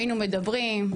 היינו מדברים,